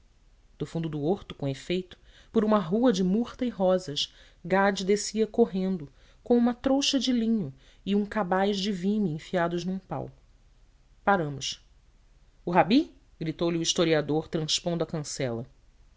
do fundo do horto com efeito por uma rua de murta e rosas gade descia correndo com uma trouxa de linho e um cabaz de vimes enfiados num pau paramos o rabi gritou-lhe o alto historiador transpondo a cancela